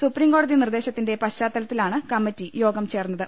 supreme കോടതി നിർദേശത്തിന്റെ പശ്ചാത്തലത്തിലാണ് കമ്മിറ്റി യോഗം ചേർന്നത്